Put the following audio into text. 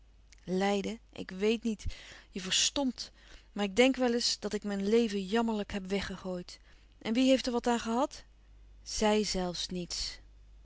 lijden ik weet niet je verstompt maar ik denk wel eens dat ik mijn leven jammerlijk heb weggegooid en wie heeft er wat aan gehad zij zelfs niets